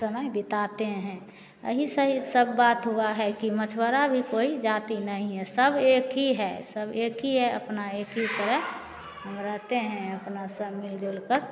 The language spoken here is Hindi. समय बिताते हैं अहि सही सब बात हुआ है की मछुवारा भी कोई जाती नहीं है सब एक ही है सब एक ही है अपना एक ही तरह हम रहते हैं अपना सब मिल जुलकर